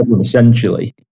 essentially